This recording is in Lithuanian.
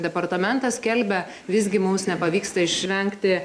departamentas skelbia visgi mums nepavyksta išvengti